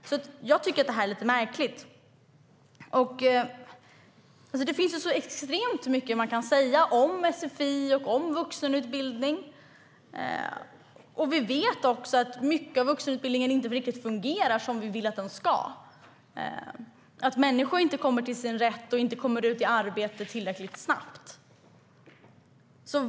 Jag tycker att det här är märkligt. Det finns så extremt mycket man kan säga om sfi och om vuxenutbildning. Vi vet också att mycket av vuxenutbildningen inte riktigt fungerar som vi vill att den ska, att människor inte kommer till sin rätt och inte kommer ut i arbete tillräckligt snabbt.